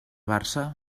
barça